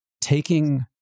taking